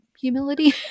humility